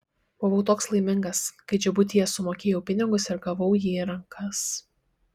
buvau toks laimingas kai džibutyje sumokėjau pinigus ir gavau jį į rankas